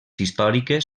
històriques